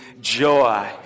Joy